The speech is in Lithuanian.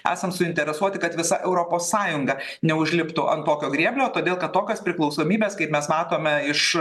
esam suinteresuoti kad visa europos sąjunga neužliptų ant tokio grėblio todėl kad tokios priklausomybės kaip mes matome iš